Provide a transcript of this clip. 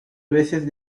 veces